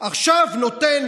עכשיו נותן